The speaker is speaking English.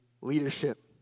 leadership